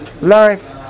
life